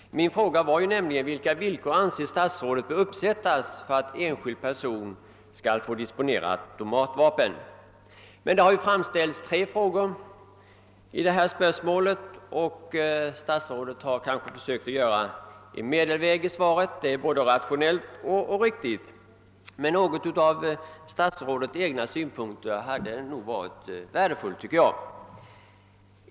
Min fråga avsåg nämligen vilka villkor statsrådet anser bör uppsättas för att enskild person skall få disponera automatvapen. Det har emellertid framställts tre frågor i detta spörsmål, och statsrådet har kanske i sitt svar försökt gå en medelväg. Det är både rationellt och riktigt, men det hade varit värdefullt att få del av några av statsrådets egna synpunkter!